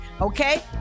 Okay